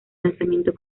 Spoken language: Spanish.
lanzamiento